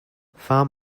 farm